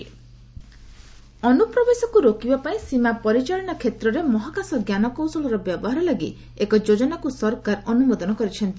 ଆର ଏସ୍ ଇନଟ୍ରୁଜନ୍ ଅନୁପ୍ରବେଶକୁ ରୋକିବା ପାଇଁ ସୀମା ପରିଚାଳନା କ୍ଷେତ୍ରରେ ମହାକାଶ ଜ୍ଞାନକୌଶଳର ବ୍ୟବହାର ଲାଗି ଏକ ଯୋଜନାକୁ ସରକାର ଅନୁମୋଦନ କରିଛନ୍ତି